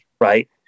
right